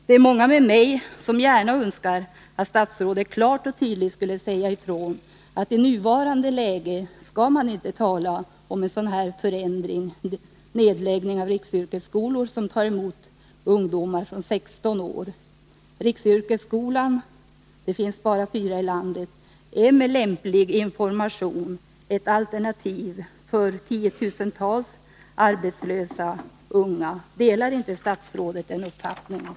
Det är många med mig som gärna önskar att statsrådet klart och tydligt skulle säga ifrån att man i nuvarande läge inte skall tala om en förändring eller nedläggning av riksyrkesskolor som tar emot ungdomar från 16 år. Riksyrkesskolorna — det finns bara fyra sådana i landet — är med lämplig information ett alternativ för 10 000-tals arbetslösa unga. Delar inte statsrådet den uppfattningen?